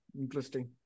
Interesting